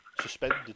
suspended